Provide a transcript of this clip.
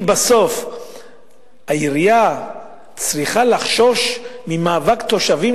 אם בסוף העירייה צריכה לחשוש ממאבק תושבים